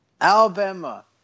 Alabama